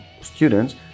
students